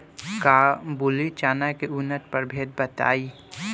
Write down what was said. काबुली चना के उन्नत प्रभेद बताई?